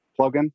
plugin